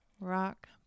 Rock